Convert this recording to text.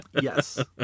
Yes